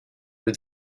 with